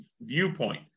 viewpoint